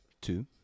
Two